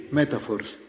metaphors